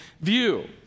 view